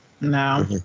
no